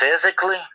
physically